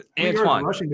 Antoine